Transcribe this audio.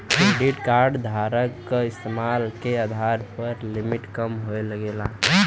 credit card धारक क इस्तेमाल के आधार पर लिमिट कम होये लगला